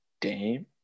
dame